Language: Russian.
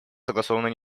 согласовано